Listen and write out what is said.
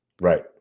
right